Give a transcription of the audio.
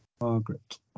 Margaret